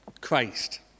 Christ